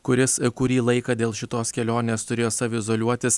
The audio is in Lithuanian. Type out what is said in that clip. kuris kurį laiką dėl šitos kelionės turėjo saviizoliuotis